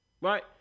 Right